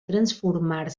transformar